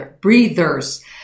breathers